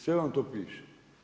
Sve vam to piše.